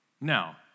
now